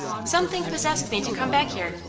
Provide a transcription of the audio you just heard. something possessed me to come back here,